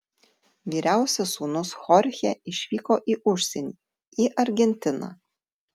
vyriausias sūnus chorchė išvyko į užsienį į argentiną